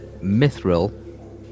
mithril